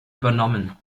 übernommen